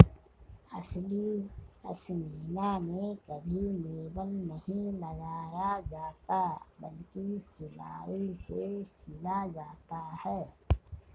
असली पश्मीना में कभी लेबल नहीं लगाया जाता बल्कि सिलाई से सिला जाता है